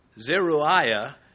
Zeruiah